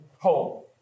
home